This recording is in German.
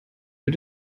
für